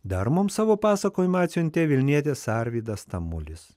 dar mums savo pasakojimą atsiuntė vilnietis arvydas tamulis